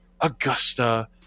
Augusta